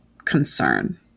concern